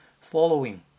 following